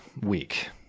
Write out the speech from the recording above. week